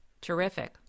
Terrific